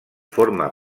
forma